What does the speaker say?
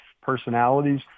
personalities